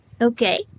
Okay